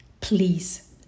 please